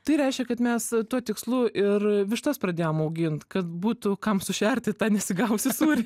tai reiškia kad mes tuo tikslu ir vištas pradėjom augint kad būtų kam sušerti tą nesigavusį sūrį